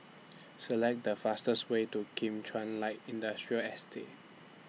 Select The fastest Way to Kim Chuan Light Industrial Estate